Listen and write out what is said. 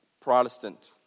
Protestant